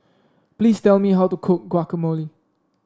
please tell me how to cook Guacamole